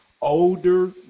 older